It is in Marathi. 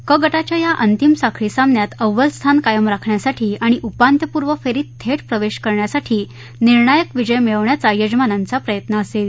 क गटाच्या या अंतिम साखळी सामन्यात अव्वल स्थान कायम राखण्यासाठी आणि उपांत्यपूर्व फेरीत थेट प्रवेश करण्यासाठी निर्णायक विजय मिळवण्याचा यजमानांचा प्रयत्न असेल